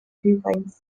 rhywfaint